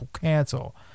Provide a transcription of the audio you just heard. cancel